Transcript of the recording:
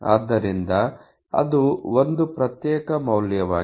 ಆದ್ದರಿಂದ ಅದು ಒಂದು ಪ್ರತ್ಯೇಕ ಮೌಲ್ಯವಾಗಿದೆ